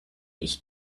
ich